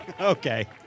Okay